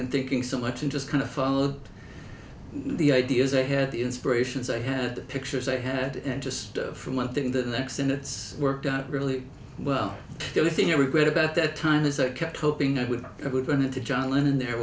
and thinking so much and just kind of followed the ideas i had the inspirations i had pictures i had and just from one thing the next and it's worked out really well the only thing i regret about that time is i kept hoping and with a good manager john lennon there